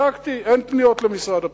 בדקתי, אין פניות למשרד הפנים.